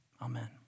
Amen